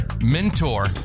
mentor